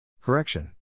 Correction